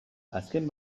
azken